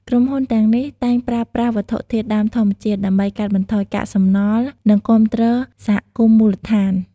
ក្រុមហ៊ុនទាំងនេះតែងប្រើប្រាស់វត្ថុធាតុដើមធម្មជាតិ ដើម្បីកាត់បន្ថយកាកសំណល់ និងគាំទ្រសហគមន៍មូលដ្ឋាន។